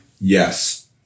yes